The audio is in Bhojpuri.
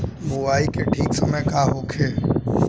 बुआई के ठीक समय का होखे?